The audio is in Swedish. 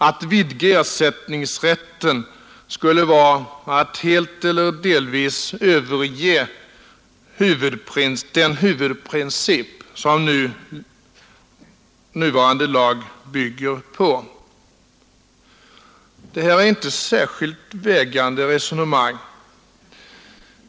Att vidga ersättningsrätten skulle vara att helt eller delvis överge den huvudprincip som nuvarande lag bygger på. Det här är inte särskilt vägande resonemang.